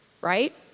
right